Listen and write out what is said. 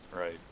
right